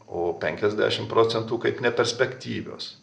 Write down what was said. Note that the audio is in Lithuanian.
o penkiasdešim procentų kaip neperspektyvios